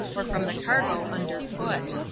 or from the cargo underfoot.